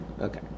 Okay